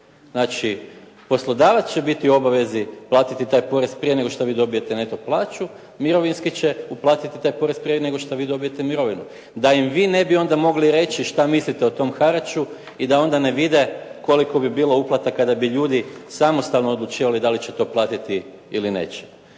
znači poslodavac će biti u obavezi platiti taj porez prije nego što vi dobijete neto plaću, mirovinski će uplatiti taj porez prije nego što vi dobijete mirovinu. Da im vi onda ne bi mogli reći što mislite o tom haraču i da onda ne vide koliko bi bilo uplata kada bi ljudi samostalno odlučivali da li će to platiti ili neće.